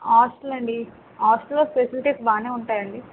hostel అండి హాస్టల్లో facilities బాగానే ఉంటాయా అండి